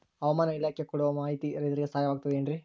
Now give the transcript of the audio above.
ಹವಮಾನ ಇಲಾಖೆ ಕೊಡುವ ಮಾಹಿತಿ ರೈತರಿಗೆ ಸಹಾಯವಾಗುತ್ತದೆ ಏನ್ರಿ?